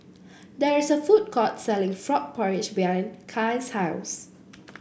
there is a food court selling Frog Porridge behind Kaia's house